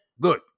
good